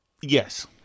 Yes